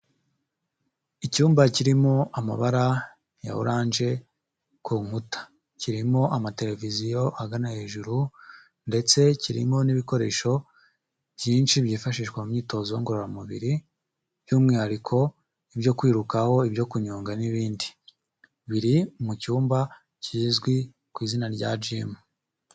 Icyumba kirimo amabara ya oranje ku nkuta, kirimo amateleviziyo hagana hejuru, ndetse kirimo n'ibikoresho byinshi byifashishwa mu myitozo ngororamubiri, by'umwihariko ibyo kwirukaho, ibyo kunyonga n'ibindi, biri mu cyumba kizwi ku izina rya gimu.